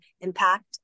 impact